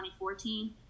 2014